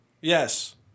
yes